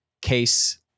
case